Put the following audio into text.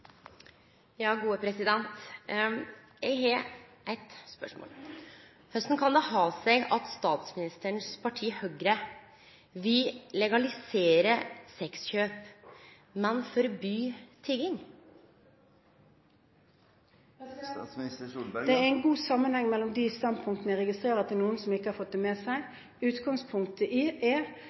har eitt spørsmål: Korleis kan det ha seg at statsministerens parti Høgre vil legalisere sexkjøp, men forby tigging? Det er en god sammenheng mellom de standpunktene. Jeg registrerer at det er noen som ikke har fått det med seg. Utgangspunktet er hva vi mener fungerer best i